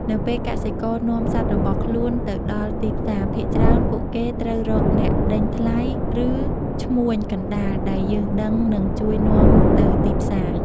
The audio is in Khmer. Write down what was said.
នៅពេលកសិករនាំសត្វរបស់ខ្លួនទៅដល់ទីផ្សារ ភាគច្រើនពួកគេត្រូវរកអ្នកដេញថ្លៃ ឬឈ្មួញកណ្ដាលដែលយល់ដឹងនិងជួយនាំទៅទីផ្សារ។